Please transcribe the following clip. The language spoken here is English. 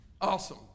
Awesome